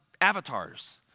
avatars